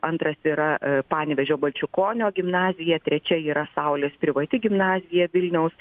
antras yra panevėžio balčikonio gimnazija trečia yra saulės privati gimnazija vilniaus